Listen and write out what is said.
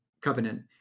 covenant